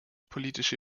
politische